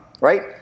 right